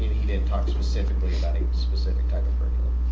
you know he didn't talk specifically about any specific type of curriculum.